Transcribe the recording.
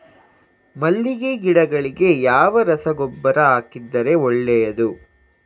ಮಲ್ಲಿಗೆ ಗಿಡಗಳಿಗೆ ಯಾವ ರಸಗೊಬ್ಬರ ಹಾಕಿದರೆ ಒಳ್ಳೆಯದು?